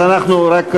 אז רק,